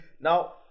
now